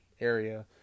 area